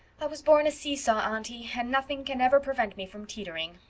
i was born a see-saw aunty, and nothing can ever prevent me from teetering.